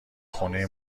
خونه